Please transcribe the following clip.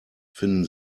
finden